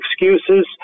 excuses